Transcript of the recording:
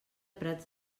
prats